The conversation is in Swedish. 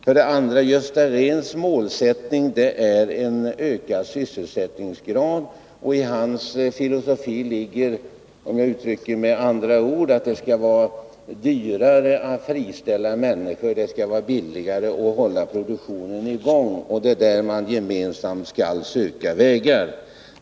Gösta Rehns målsättning är en ökad sysselsättningsgrad, och i hans filosofi ligger, om jag uttrycker det med andra ord, att det skall vara dyrare att friställa människor än att hålla produktionen i gång. Det är på det området man gemensamt skall söka vägar.